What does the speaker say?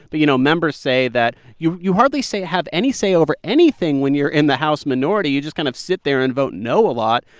but, you know, members say that you you hardly say have any say over anything when you're in the house minority. you just kind of sit there and vote no a lot.